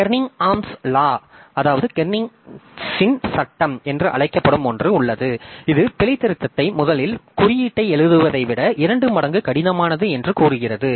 கெர்னிகனின் சட்டம் Kernighan's law என்று அழைக்கப்படும் ஒன்று உள்ளது இது பிழைத்திருத்தத்தை முதலில் குறியீட்டை எழுதுவதை விட இரண்டு மடங்கு கடினமானது என்று கூறுகிறது